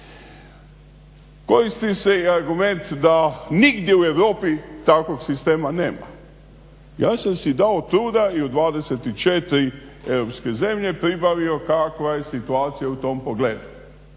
Koristi se i argument da nigdje u Europi takvog sistema nema. Ja sam si dao truda i u 24 europske zemlje pribavio kakva je situacija u tom pogledu.